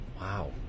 Wow